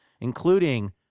including